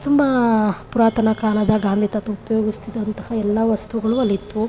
ತುಂಬ ಪುರಾತನ ಕಾಲದ ಗಾಂಧಿ ತಾತ ಉಪಯೋಗಿಸ್ತಿದ್ದಂತಹ ಎಲ್ಲ ವಸ್ತುಗಳು ಅಲ್ಲಿ ಇತ್ತು